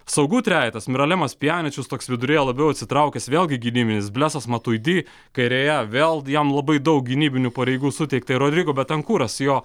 saugų trejetas miralemas pjeničius toks viduryje labiau atsitraukęs vėlgi gynybinis blesas matuidi kairėje vėl jam labai daug gynybinių pareigų suteikta ir rodrigo betankuras jo